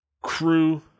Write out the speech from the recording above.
crew